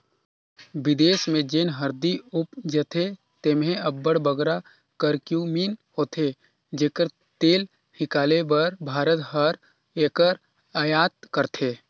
बिदेस में जेन हरदी उपजथे तेम्हें अब्बड़ बगरा करक्यूमिन होथे जेकर तेल हिंकाले बर भारत हर एकर अयात करथे